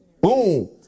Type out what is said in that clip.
Boom